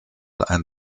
ein